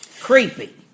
Creepy